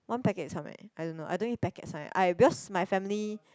one packet is how many I don't know I don't eat packets one eh I because my family